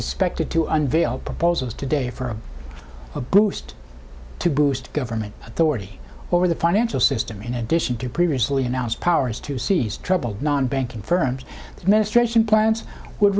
expected to unveil proposals today for a boost to boost government authority over the financial system in addition to previously announced powers to seize troubled non banking firms ministration plans would